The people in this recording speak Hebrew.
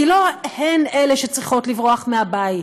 כי לא הן אלה שצריכות לברוח מהבית